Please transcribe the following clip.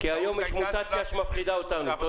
כי היום יש מוטציה שמפחידה אותנו.